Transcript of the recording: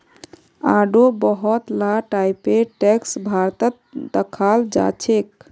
आढ़ो बहुत ला टाइपेर टैक्स भारतत दखाल जाछेक